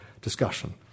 discussion